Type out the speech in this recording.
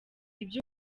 ibyo